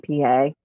PA